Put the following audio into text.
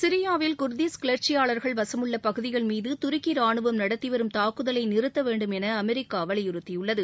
சிரியாவில் குர்தீஸ் கிளர்ச்சியாளர்கள் வசமுள்ள பகுதிகள் மீது துருக்கி ராணுவம் நடத்தி வரும் தாக்குதலை நிறுத்த வேண்டும் என அமெரிக்கா வலியுறுத்தியுள்ளது